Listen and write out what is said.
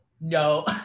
no